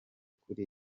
kuri